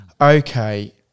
Okay